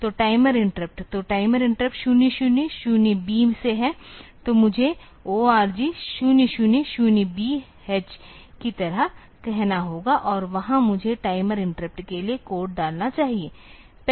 तो timer interrupt तो timer interrupt 000B से है तो मुझे ORG 000B H की तरह कहना होगा और वहां मुझे टाइमर इंटरप्ट के लिए कोड डालना चाहिए